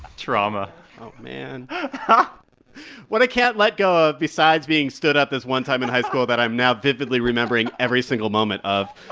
trauma oh, man. but what i can't let go of besides being stood up this one time in high school that i'm now vividly remembering every single moment of